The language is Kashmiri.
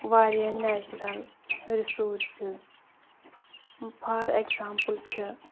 واریاہ نیچرل رِسورسِز فار ایٚکزامپُل چھِ